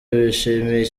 bishimiye